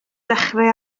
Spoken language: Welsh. dechrau